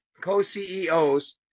co-CEOs